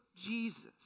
Jesus